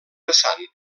vessant